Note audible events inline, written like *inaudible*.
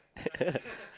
*laughs*